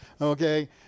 Okay